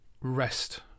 rest